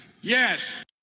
Yes